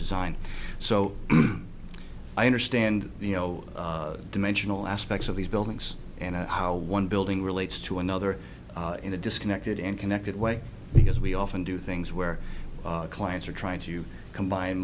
design so i understand you know dimensional aspects of these buildings and how one building relates to another in a disconnected and connected way because we often do things where clients are trying to combine